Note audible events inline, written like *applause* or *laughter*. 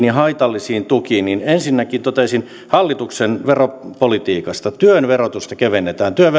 *unintelligible* ja haitallisiin tukiin niin ensinnäkin toteaisin hallituksen veropolitiikasta että työn verotusta kevennetään työn *unintelligible*